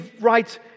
right